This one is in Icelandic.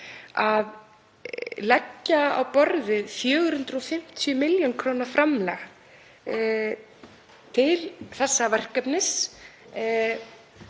að leggja á borðið 450 millj. kr. framlag til þessa verkefnis